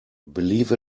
believe